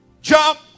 jump